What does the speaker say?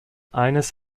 eines